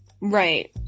Right